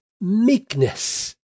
meekness